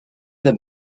the